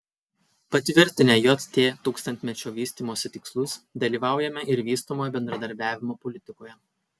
patvirtinę jt tūkstantmečio vystymosi tikslus dalyvaujame ir vystomojo bendradarbiavimo politikoje